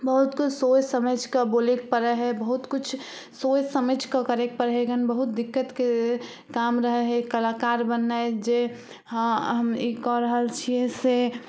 बहुत किछु सोचि समझकऽ बोलेके पड़ऽ हइ बहुत किछु सोचि समझिकऽ करयके पड़य हन बहुत दिक्कतके काम रहय हइ कलाकार बननाइ जे हँ हम ई कऽ रहल छियै से